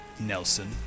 Nelson